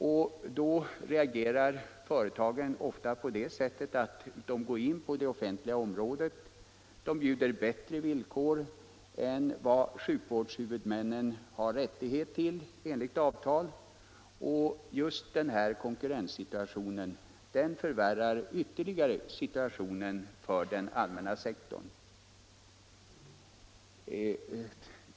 Företagen reagerar ofta på det sättet att de går in på det offentliga området och bjuder läkarna där bättre villkor än vad sjukvårdshuvudmännen enligt avtal har rättighet att göra. Denna konkurrenssituation förvärrar naturligtvis ytterligare situationen på den allmänna sektorn.